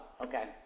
okay